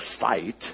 fight